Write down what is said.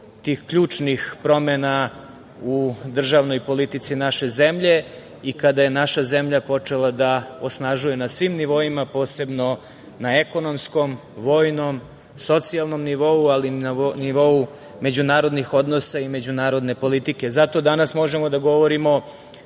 tih ključnih promena u državnoj politici naše zemlje i kada je naša zemlja počela da osnažuje na svim nivoima, posebno na ekonomskom, vojnom, socijalnom nivou, ali i na nivou međunarodnih odnosa i međunarodne politike. Zato danas možemo da govorimo